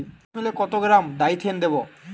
ডিস্মেলে কত গ্রাম ডাইথেন দেবো?